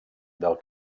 del